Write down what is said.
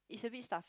it's a bit stuffy